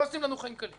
לא עושים לנו חיים קלים.